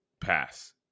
pass